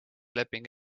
leping